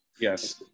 yes